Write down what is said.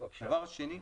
דבר שני.